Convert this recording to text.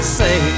say